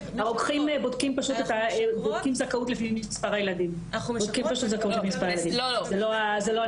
הרוקחים בודקים זכאות לפי מספר ילדים זו לא הנקודה.